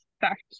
fact